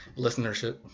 listenership